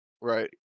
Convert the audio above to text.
Right